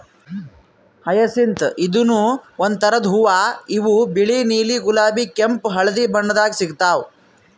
hyacinth ಇದೂನು ಒಂದ್ ಥರದ್ ಹೂವಾ ಇವು ಬಿಳಿ ನೀಲಿ ಗುಲಾಬಿ ಕೆಂಪ್ ಹಳ್ದಿ ಬಣ್ಣದಾಗ್ ಸಿಗ್ತಾವ್